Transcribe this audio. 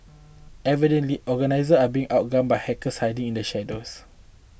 evidently organisations are being outgunned by hackers hiding in the shadows